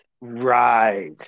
right